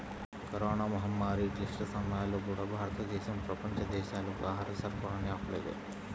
corona మహమ్మారి క్లిష్ట సమయాల్లో కూడా, భారతదేశం ప్రపంచ దేశాలకు ఆహార సరఫరాని ఆపలేదు